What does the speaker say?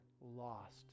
lost